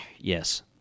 Yes